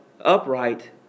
upright